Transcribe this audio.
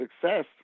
success